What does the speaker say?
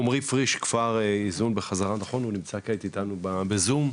עומרי פריש, נמצא כעת איתנו בזום,